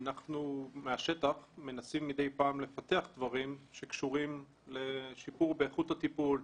אנחנו מהשטח מנסים מדי פעם לפתח דברים שקשורים לשיפור באיכות הטיפול,